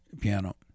piano